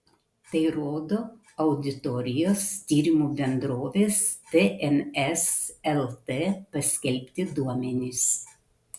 tai rodo auditorijos tyrimų bendrovės tns lt paskelbti duomenys